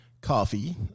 Coffee